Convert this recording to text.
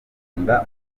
akunda